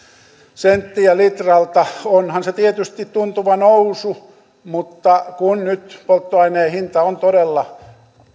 senttiä litralta onhan se tietysti tuntuva nousu mutta kun nyt polttoaineen hinta on todella